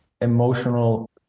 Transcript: emotional